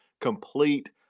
complete